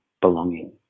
belonging